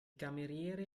cameriere